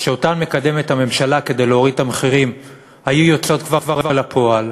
שהממשלה מקדמת כדי להוריד את המחירים היו יוצאות כבר אל הפועל,